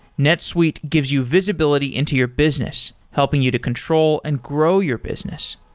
netsuite gives you visibility into your business, helping you to control and grow your business.